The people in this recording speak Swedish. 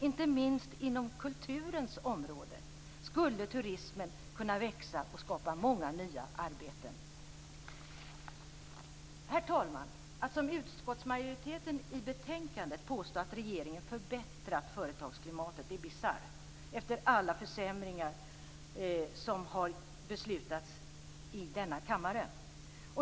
Inte minst inom kulturens område skulle turismen kunna växa och skapa många nya arbeten. Herr talman! Att som utskottsmajoriteten i betänkandet påstå att regeringen förbättrat företagsklimatet är bisarrt efter alla försämringar som har beslutats i denna kammare.